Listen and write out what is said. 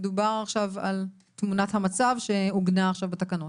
מדובר עכשיו על תמונת המצב שעוגנה עכשיו בתקנות.